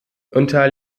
unter